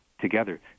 Together